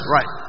Right